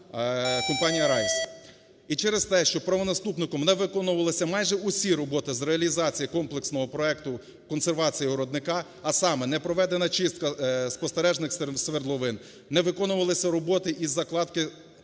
І через те, що правонаступником не виконувалися майже всі роботи з реалізації комплексного проекту "консервація виробника". А саме не проведена чистка спостережних свердловин, не виконувалися роботи із закладки